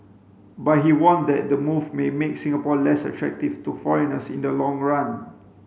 but he warned that the move may make Singapore less attractive to foreigners in the long run